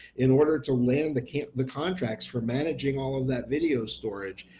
in order to land the camp the contracts for managing all of that video storage,